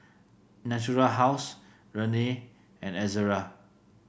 Natural House Rene and Ezerra